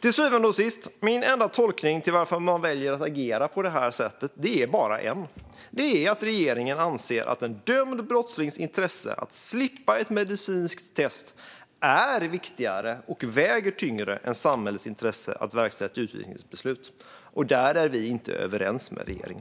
Till syvende och sist kan min tolkning av varför man väljer att agera på det här sättet bara bli en: att regeringen anser att en dömd brottslings intresse av att slippa ett medicinskt test är viktigare och väger tyngre än samhällets intresse av att verkställa ett utvisningsbeslut. Där är vi inte överens med regeringen.